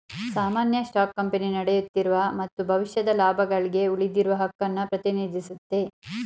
ಸಾಮಾನ್ಯ stock company ನಡೆಯುತ್ತಿರುವ ಮತ್ತು ಭವಿಷ್ಯದ ಲಾಭಗಳ್ಗೆ ಉಳಿದಿರುವ ಹಕ್ಕುನ್ನ ಪ್ರತಿನಿಧಿಸುತ್ತೆ